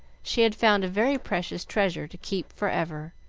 she had found a very precious treasure to keep for ever,